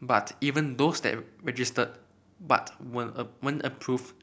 but even those that registered but when a weren't approved